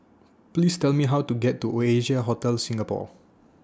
Please Tell Me How to get to Oasia Hotel Singapore